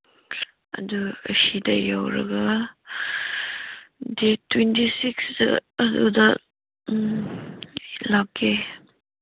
ꯑꯗꯨ ꯑꯁꯤꯗ ꯌꯧꯔꯒ ꯗꯦꯠ ꯇ꯭ꯋꯦꯟꯇꯤ ꯁꯤꯛꯁꯇ ꯑꯗꯨꯗ ꯎꯝ ꯂꯥꯛꯀꯦ